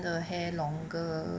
的 hair longer